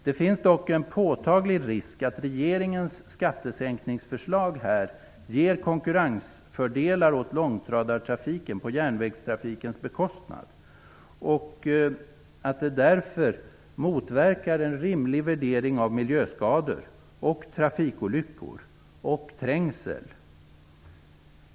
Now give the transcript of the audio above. Det finns dock en påtaglig risk för att regeringens skattesänkningsförslag här ger konkurrensfördelar åt långtradartrafiken på järnvägstrafikens bekostnad och att det därför motverkar en rimlig värdering av miljöskador och trafikolyckor och trängsel.